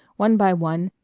one by one,